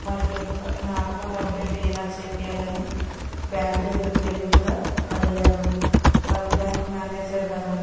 వారి యొక్క నా అకౌంట్ అప్డేట్ ఎలా చేపియాలని బ్యాంక్ దగ్గరికి వెళ్లి కూడా అడిగాను వాళ్ళు బ్యాంక్ మేనేజర్ గారు